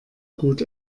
gut